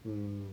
mm